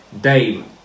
Dave